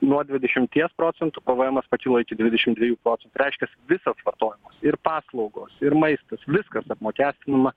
nuo dvidešimties procentų p v emas pakilo iki dvidešimt dviejų procentų tai reiškias visas vartojimas ir paslaugos ir maistas viskas apmokestinama